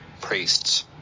priests